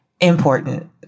important